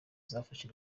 zafashe